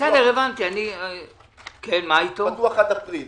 פתוח עד אפריל.